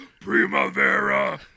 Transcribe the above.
primavera